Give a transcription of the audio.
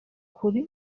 kuri